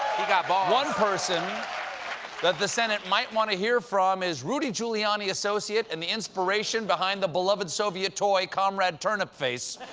he got balls. one person that the senate might want to hear from is rudy giuliani associate and the inspiration behind the beloved soviet toy, comrade turnip-face,